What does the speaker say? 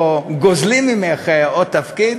או: גוזלים ממך עוד תפקיד.